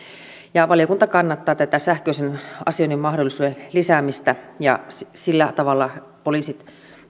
valiokunta kannattaa tätä sähköisen asioinnin mahdollisuuden lisäämistä ja sillä tavalla poliisien